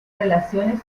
relaciones